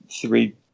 three